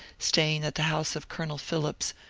staying at the house of colonel phillips,